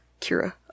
Kira